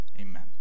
Amen